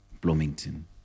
Bloomington